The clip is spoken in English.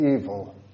evil